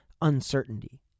uncertainty